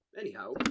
anyhow